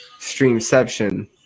streamception